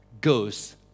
goes